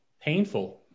Painful